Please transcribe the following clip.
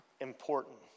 important